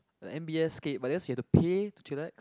like M_B_S okay but that's like you have to pay to chillax